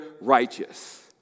righteous